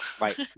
Right